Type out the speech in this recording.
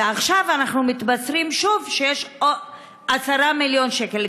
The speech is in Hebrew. ועכשיו אנחנו מתבשרים שוב שיש 10 מיליון שקל,